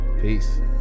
peace